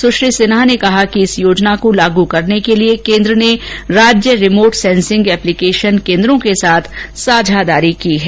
सुश्री सिन्हा ने कहा कि इस योजना को लागू करने के लिए केन्द्र ने राज्य रिमोट सेंसिंग एप्लीकेशन केन्द्रों के साथ साझेदारी की है